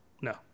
No